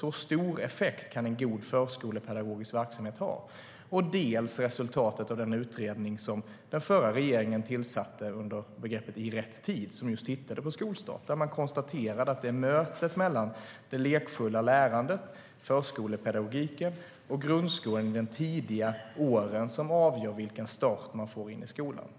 Så stor effekt kan en god förskolepedagogisk verksamhet ha. Dels handlar det om resultatet av den utredning som den förra regeringen tillsatte under rubriken "I rätt tid", som just tittade på skolstart. Man konstaterade att det är mötet mellan det lekfulla lärandet, förskolepedagogiken och grundskolan i de tidiga åren som avgör vilken start man får i skolan.